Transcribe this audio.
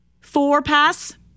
four-pass